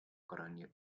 colonial